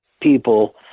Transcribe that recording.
people